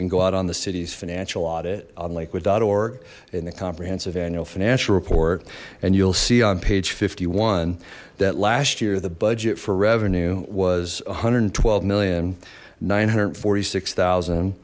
can go out on the city's financial audit on lakewood org in the comprehensive annual financial report and you'll see on page fifty one that last year the budget for revenue was one hundred and twelve million nine hundred forty six thousand